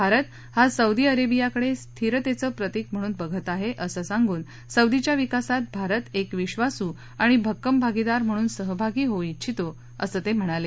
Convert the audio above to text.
भारत हा सौदी अरेबियाकडे स्थिरतेचं प्रतिक म्हणून बघत आहे असं सांगून सौदीच्या विकासात भारत एक विधासू आणि भक्कम भागीदार म्हणून सहभागी होऊ ष्टिछतो असं ते म्हणाले